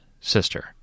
sister